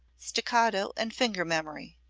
staccato and finger-memory.